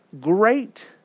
great